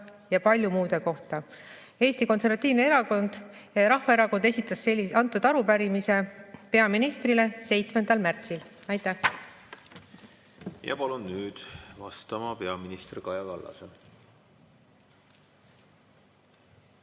ja palju muu kohta. Eesti Konservatiivne Rahvaerakond esitas arupärimise peaministrile 7. märtsil. Aitäh! Palun nüüd vastama peaminister Kaja Kallase.